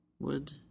Wood